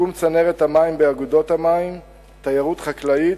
שיקום צנרת המים באגודות המים, תיירות חקלאית,